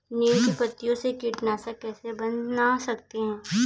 नीम की पत्तियों से कीटनाशक कैसे बना सकते हैं?